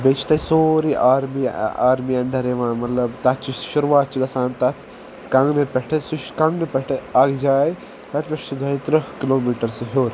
بیٚیہِ چھُ تَتہِ سورُے آرمی آرمی انڈر یوان مطلب تتھ چھ شُروٗعات چھ گژھان تتھ کنگنہٕ پٮ۪ٹھٕ سُہ چھ کنٛگنہٕ پٮ۪ٹھٕ اکھ جاے تتہِ پٮ۪ٹھ چھُ سُہ دۄے تٕرٛہ کلوٗمیٖٹر سُہ ہیوٚر